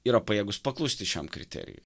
yra pajėgūs paklusti šiam kriterijui